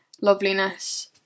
loveliness